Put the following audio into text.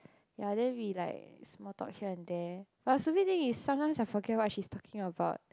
ya then we like small talk her and there but a stupid thing is sometimes I forget what she's talking about